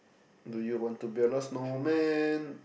do you want to build a snowman